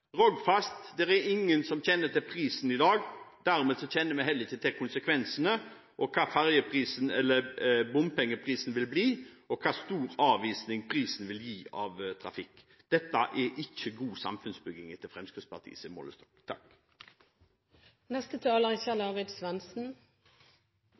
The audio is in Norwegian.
er ingen som kjenner prisen på Rogfast i dag, og dermed kjenner vi heller ikke konsekvensene – hva bompengeprisen vil bli, og hvor stor avvisning prisen vil gi på trafikken. Dette er ikke god samfunnsbygging etter